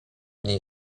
niej